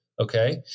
okay